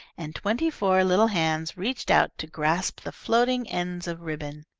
and twenty-four little hands reached out to grasp the floating ends of ribbon.